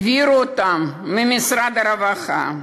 העבירו אותם ממשרד הרווחה,